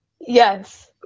yes